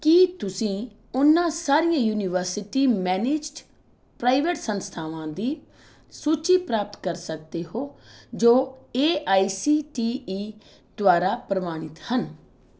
ਕੀ ਤੁਸੀਂ ਉਹਨਾਂ ਸਾਰੀਆਂ ਯੂਨੀਵਰਸਿਟੀ ਮੈਨੇਜਡ ਪ੍ਰਾਈਵੇਟ ਸੰਸਥਾਵਾਂ ਦੀ ਸੂਚੀ ਪ੍ਰਾਪਤ ਕਰ ਸਕਦੇ ਹੋ ਜੋ A I C T E ਦੁਆਰਾ ਪ੍ਰਵਾਨਿਤ ਹਨ